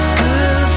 good